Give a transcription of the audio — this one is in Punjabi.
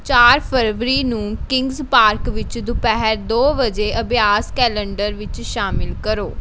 ਚਾਰ ਫਰਵਰੀ ਨੂੰ ਕਿੰਗਜ਼ ਪਾਰਕ ਵਿੱਚ ਦੁਪਹਿਰ ਦੋ ਵਜੇ ਅਭਿਆਸ ਕੈਲੰਡਰ ਵਿੱਚ ਸ਼ਾਮਲ ਕਰੋ